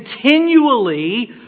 continually